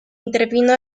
intervino